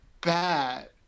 bad